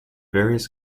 various